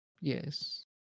Yes